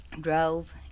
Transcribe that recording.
drove